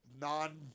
non